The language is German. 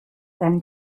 deinen